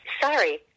Sorry